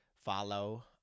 follow